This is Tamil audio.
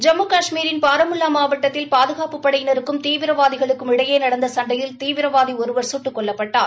ஜம்மு கஷ்மீரின் பாரமுல்லா மாவட்டத்தில் பாதுகாப்புப் படையினருக்கும் தீவிரவாதிகளுக்கும் இடையே நடந்த சண்டையில் தீவிரவாதி ஒருவர் சுட்டுக் கொல்லப்பட்டார்